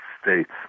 States